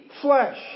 flesh